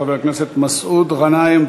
חבר הכנסת מסעוד גנאים.